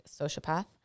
sociopath